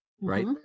right